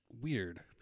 weird